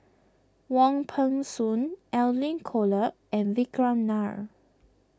Wong Peng Soon Edwin Kolek and Vikram Nair